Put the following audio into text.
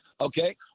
Okay